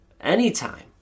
anytime